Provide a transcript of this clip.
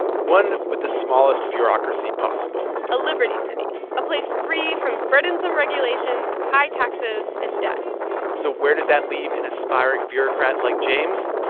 one with the smallest bureaucracy possible a liberty city, a place free from burdensome regulations, high taxes and debt so where does that leave an aspiring bureaucrat like james?